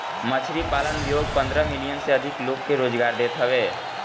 मछरी पालन उद्योग पन्द्रह मिलियन से अधिका लोग के रोजगार देत हवे